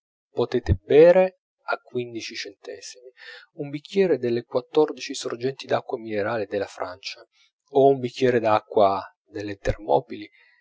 potete bere a quindici centesimi un bicchiere delle quattordici sorgenti d'acqua minerale della francia o un bicchiere d'acqua delle termopili